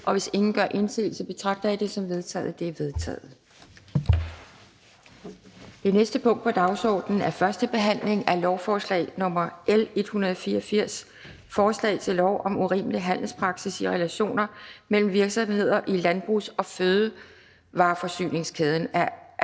Hvis ingen gør indsigelse, betragter jeg det som vedtaget. Det er vedtaget. --- Det næste punkt på dagsordenen er: 4) 1. behandling af lovforslag nr. L 184: Forslag til lov om urimelig handelspraksis i relationer mellem virksomheder i landbrugs- og fødevareforsyningskæden.